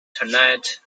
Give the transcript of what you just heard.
tonight